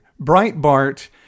Breitbart